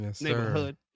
neighborhood